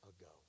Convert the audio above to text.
ago